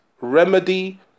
remedy